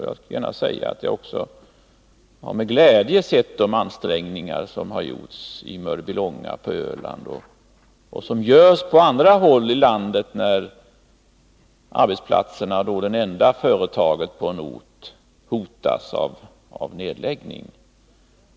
Jag har med glädje sett de ansträngningar som har gjorts i Mörbylånga och på Öland i övrigt och som görs på andra håll i landet, när arbetsplatserna på det enda företaget på orten hotas av nedläggning.